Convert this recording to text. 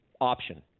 option